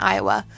Iowa